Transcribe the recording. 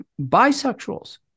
bisexuals